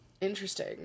Interesting